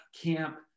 camp